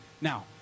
Now